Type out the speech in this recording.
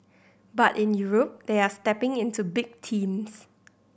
but in Europe they are stepping into big teams